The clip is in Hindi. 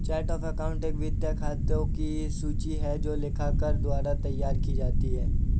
चार्ट ऑफ़ अकाउंट एक वित्तीय खातों की सूची है जो लेखाकार द्वारा तैयार की जाती है